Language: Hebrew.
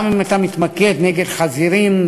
גם אם אתה מתמקד למשל בחזירים,